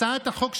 הצעת החוק שבנדון,